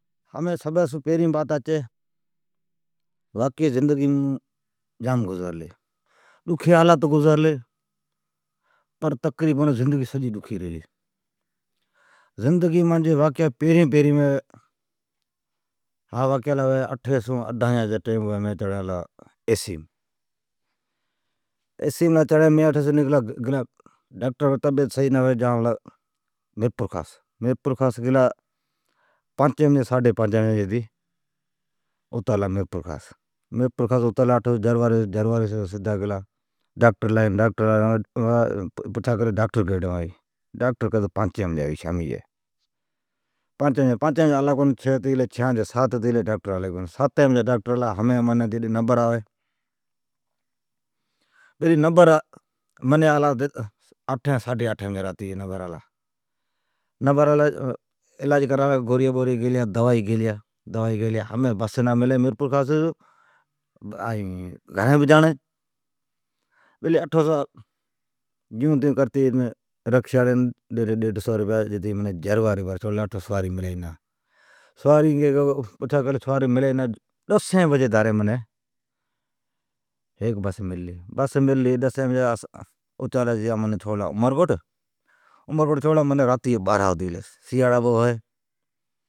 ھمین سجان سون پھرین زندگی مین ڈاڈھی ڈکھی گزارلی۔ زندگیم پیرین ھاواقعا لا ھوی اٹھی سو مین گلا بسیم چڑلا ایسیم، طبیت صحیح نا ھوی جان پلا ڈاکٹران ڈیکھاڑون۔ مین پاچی بجی پجلا میرپورخاص۔ جھرواری سون گلا سدھا اٹھو پوچھلی ڈاکٹر کٹھی کہ ڈاکٹر ھئی نا ،ڈاکٹر آوی شامی جی پاچین بجی، پاچان جی چھ ھتی گلی، چھان جی سات ھتی گلی، ساتین بجی ڈاکٹر الا ھمین جڈ نمبر آوی، نمبر آلا راتی جی ساڈھی آٹھین بجی۔ ایون کرتی سویا ھڑالیا، دوایا، گوریا گیلیا، ھمین سواری نا ملی، ھمین، رکشین ڈیلا ڈیڈھ سئو روپیا منین جھرواری چھوڑلا، اٹھو سواری نہ ملی۔ انگی انگی فرلا منین سواری نا ملی، ڈسین بجی دھاری منین ھیک بس مللی اوی منین چھوڑلا عمرکوٹ۔ اٹھی الا راتی جی بارھن ھتی گلا سیاڑا ھوی